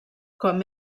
com